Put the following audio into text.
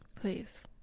please